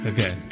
Okay